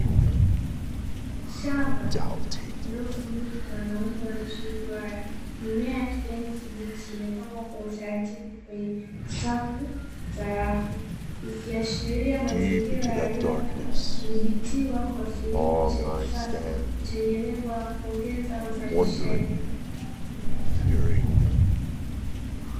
Shamba lililofunikwa na umbo la nusu duara, mimea ya kijani kibichi imepangwa kwa utaratibu, kwenye safu za rafu zikiashiria mazingira yaliyothibitiwa kwa kilimo cha kisasa chenye lengo la kuongeza uzalishaji.